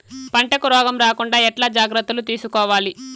పంటకు రోగం రాకుండా ఎట్లా జాగ్రత్తలు తీసుకోవాలి?